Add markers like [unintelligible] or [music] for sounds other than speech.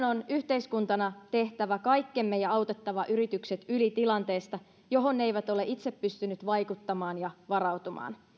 [unintelligible] on yhteiskuntana tehtävä kaikkemme ja autettava yritykset yli tilanteesta johon ne eivät ole itse pystyneet vaikuttamaan ja varautumaan